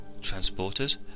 Transporters